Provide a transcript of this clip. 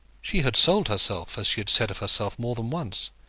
she had sold herself, as she had said of herself more than once.